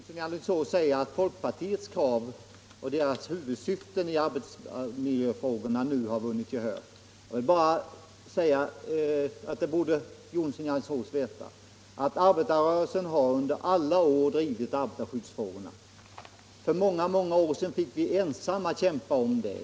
Herr talman! Herr Jonsson i Alingsås säger att folkpartiets krav och huvudsvyften i arbetsmiljöfrågorna nu har vunnit gehör. Herr Jonsson i Alingsås borde veta att arbetarrörelsen under alla år har drivit arbetarskyddsfrågorna. För många år sedan fick vi ensamma kämpa för dem.